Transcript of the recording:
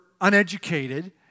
uneducated